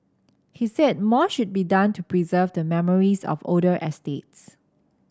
he said more should be done to preserve the memories of older estates